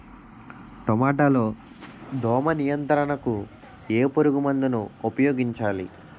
టమాటా లో దోమ నియంత్రణకు ఏ పురుగుమందును ఉపయోగించాలి?